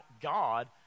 God